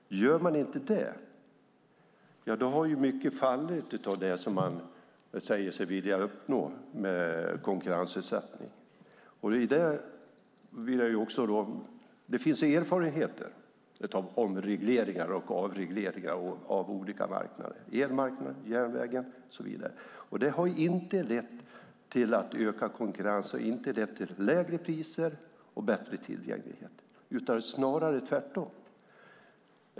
Gör man inte det har mycket fallit av det som man säger sig vilja uppnå med konkurrensutsättning. Det finns erfarenheter av omregleringar och avregleringar av olika marknader. Jag tänker på elmarknaden, järnvägen och så vidare. Ökad konkurrens har inte lett till lägre priser och bättre tillgänglighet, utan det är snarare tvärtom.